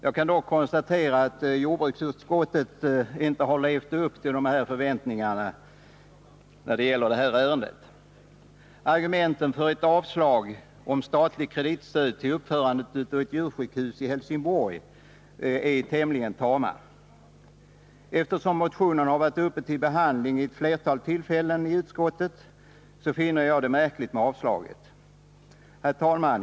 Jag kan dock konstatera att jordbruksutskottet i det här ärendet inte levt upp till de förväntningarna. Argumenten för ett avslag på begäran om statligt kreditstöd till uppförande av ett djursjukhus i Helsingborg är tämligen tama. Eftersom motionen varit uppe till behandling i utskottet vid ett flertal tillfällen finner jag utskottets avstyrkande märkligt. Herr talman!